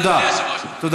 תודה.